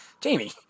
jamie